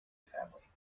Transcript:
family